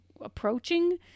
approaching